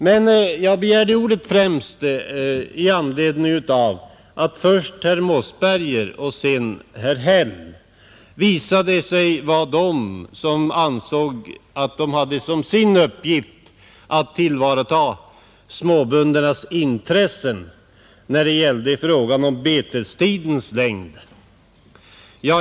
Men jag begärde ordet främst i anledning av att först herr Mossberger och sedan herr Häll visade sig anse att de hade som sin uppgift att tillvarata småböndernas intressen i fråga om betestidens längd.